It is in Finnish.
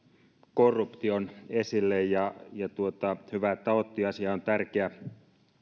korruption esille ja ja hyvä että otti asia on tärkeä